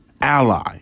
ally